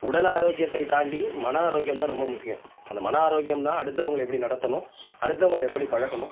உடல் ஆரோக்கியத்தைத் தாண்டி மன ஆரோக்கியம் தான் ரொம்ப முக்கியம் அந்த மன ஆரோக்கியம் தான் அடுத்தவங்களை எப்படி நடத்தணும் அடுத்தவங்கட்ட எப்படி பழகணும்